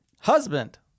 Husband